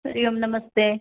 हरिः ओम् नमस्ते